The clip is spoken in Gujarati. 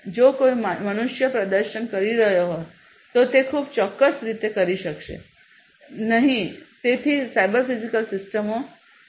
જો કોઈ મનુષ્ય પ્રદર્શન કરી રહ્યો હોય તો તે તે ખૂબ ચોક્કસ રીતે કરી શકશે નહીં તેથી સાયબર ફિઝિકલ સિસ્ટમો